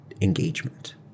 engagement